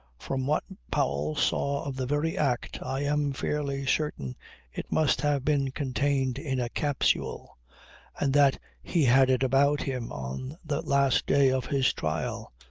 from what powell saw of the very act i am fairly certain it must have been contained in a capsule and that he had it about him on the last day of his trial,